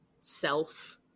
self